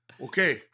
okay